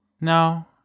No